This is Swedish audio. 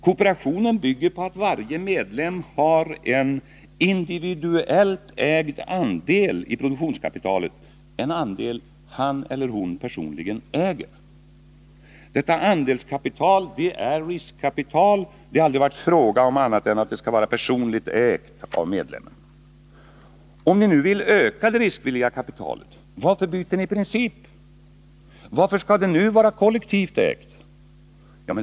Kooperationen bygger på att varje medlem har en individuellt ägd andel i produktionskapitalet, en andel som han eller hon själv personligen äger. Detta andelskapital är ett riskkapital, och det har aldrig varit fråga om annat än att det skall vara personligt ägt av medlemmen. Om ni nu vill öka det riskvilliga kapitalet, varför byter ni princip? Varför skall det vara kollektivt ägt?